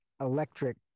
electric